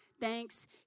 thanks